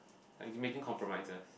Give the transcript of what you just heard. like making compromises